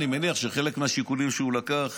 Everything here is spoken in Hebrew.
אני מניח שחלק מהשיקולים שהוא לקח